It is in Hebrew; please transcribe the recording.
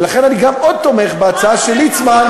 ולכן אני תומך גם בהצעה של ליצמן,